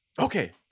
okay